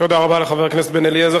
תודה לחבר הכנסת בן-אליעזר.